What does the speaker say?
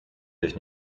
dich